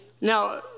Now